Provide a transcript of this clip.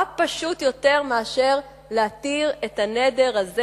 מה פשוט יותר מלהתיר את הנדר הזה